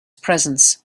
presence